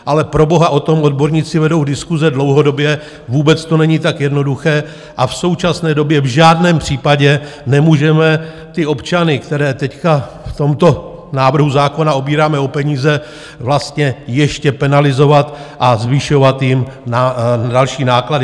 Ale proboha, o tom odborníci vedou diskuse dlouhodobě, vůbec to není tak jednoduché a v současné době v žádném případě nemůžeme ty občany, které teď v tomto návrhu zákona obíráme o peníze, vlastně ještě penalizovat a zvyšovat jim další náklady.